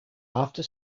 after